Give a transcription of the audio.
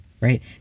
right